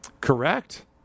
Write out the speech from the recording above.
Correct